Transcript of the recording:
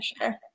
sure